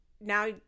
now